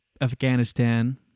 Afghanistan